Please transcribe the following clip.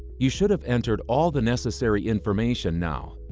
you should have entered all the necessary information now.